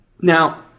Now